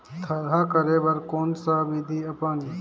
थरहा करे बर कौन सा विधि अपन?